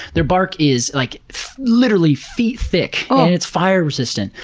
their bark is like literally feet thick and it's fire resistant,